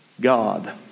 God